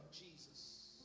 Jesus